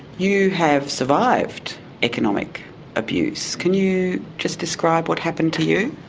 you have survived economic abuse. can you just describe what happened to you?